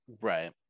Right